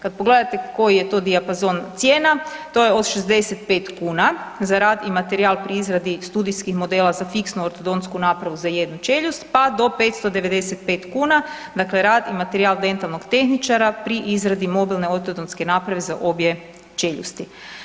Kad pogledate koji je to dijapazon cijena to je od 65 kuna za rad i materijal pri izradi studijskih modela za fiksnu ortodonsku napravu za jednu čeljust pa do 595 kuna dakle rad i materijal dentalnog tehničara pri izradi mobilne ortodonske naprave za obje čeljusti.